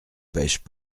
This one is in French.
pêchent